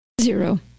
Zero